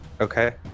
okay